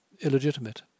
illegitimate